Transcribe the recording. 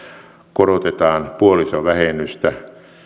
korotetaan puolisovähennystä